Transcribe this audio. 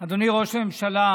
אדוני ראש הממשלה,